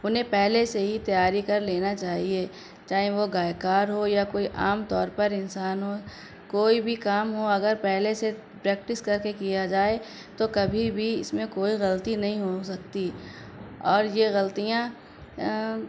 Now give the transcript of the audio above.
انہیں پہلے سے ہی تیاری کر لینا چاہیے چاہے وہ گایا کار ہو یا کوئی عام طور پر انسان ہو کوئی بھی کام ہو اگر پہلے سے پریکٹس کر کے کیا جائے تو کبھی بھی اس میں کوئی غلطی نہیں ہو سکتی اور یہ غلطیاں